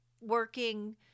working